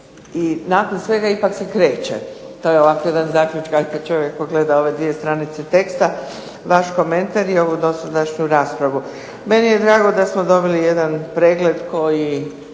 I nakon svega ipak se kreće. To je jedan ovako zaključak ako čovjek pogleda ove dvije stranice teksta. Vaš komentar je uz ovu dosadašnju raspravu. Meni je drago da smo dobili jedan pregled koji